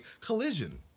collision